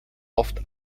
oft